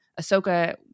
Ahsoka